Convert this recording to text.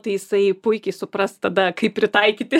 tai jisai puikiai supras tada kaip pritaikyti